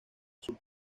azul